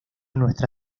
nuestra